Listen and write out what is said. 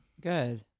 Good